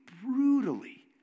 brutally